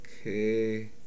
okay